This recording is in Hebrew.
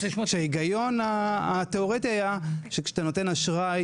ההיגיון התיאורטי היה שכשאתה נותן אשראי